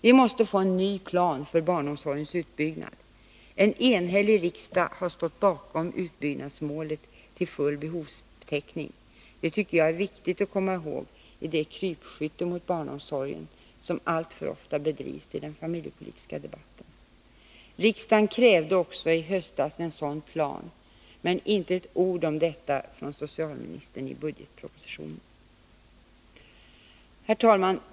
Vi måste få en ny plan för barnomsorgens utbyggnad. En enhällig riksdag har stått bakom utbyggnadsmålet till full behovstäckning — det tycker jag är viktigt att komma ihåg i det krypskytte mot barnomsorgen som alltför ofta bedrivs i den familjepolitiska debatten. Riksdagen krävde också i höstas en sådan plan, men inte ett ord om detta från socialministern i budgetpropositionen. Herr talman!